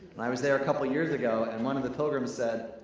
and i was there a couple years ago and one of the pilgrims said,